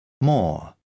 More